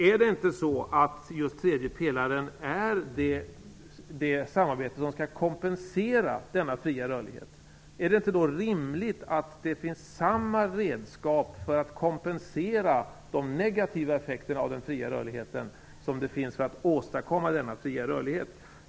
Är det inte så att just tredje pelaren är det samarbete som skall kompensera denna fria rörlighet? Är det då inte rimligt att samma redskap finns för att kompensera de negativa effekterna av den fria rörligheten som finns för att åstadkomma denna fria rörlighet?